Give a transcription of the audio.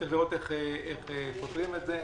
צריך לראות איך פותרים את זה.